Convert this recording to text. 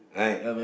right